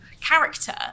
character